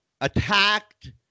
attacked